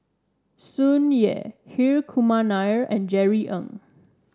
Tsung Yeh Hri Kumar Nair and Jerry Ng